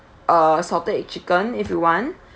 uh salted egg chicken if you want